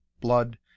blood